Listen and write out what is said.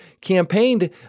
campaigned